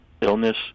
illness